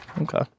Okay